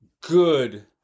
good